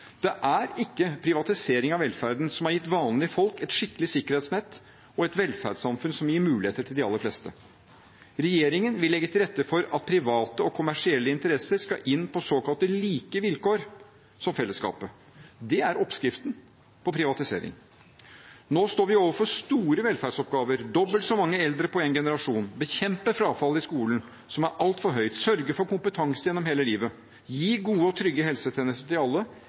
Det er ikke privatisering av velferden som har gitt vanlige folk et skikkelig sikkerhetsnett og et velferdssamfunn som gir muligheter for de aller fleste. Regjeringen vil legge til rette for at private og kommersielle interesser skal inn på såkalte like vilkår med fellesskapet. Det er oppskriften på privatisering. Nå står vi overfor store velferdsoppgaver – vi får dobbelt så mange eldre på én generasjon, vi skal bekjempe frafallet i skolen, som er altfor høyt, sørge for kompetanse gjennom hele livet, gi gode og trygge helsetjenester til alle